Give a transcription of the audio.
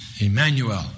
Emmanuel